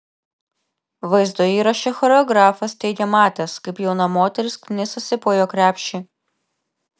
vaizdo įraše choreografas teigė matęs kaip jauna moteris knisasi po jo krepšį